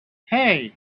hey